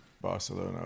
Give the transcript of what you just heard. Barcelona